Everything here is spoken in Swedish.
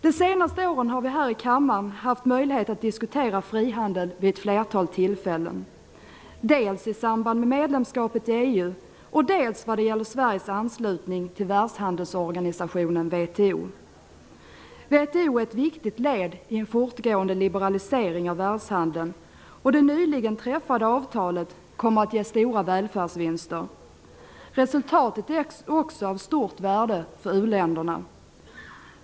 Det senaste året har vi här i kammaren haft möjlighet att diskutera frihandel vid ett flertal tillfällen - dels i samband med medlemskapet i EU, dels vad det gäller Sveriges anslutning till Världshandelsorganisationen, WTO. WTO är ett viktigt led i en fortgående liberalisering av världshandeln, och det nyligen träffade avtalet kommer att ge stora välfärdsvinster. Resultatet är också av stort värde för u-länderna.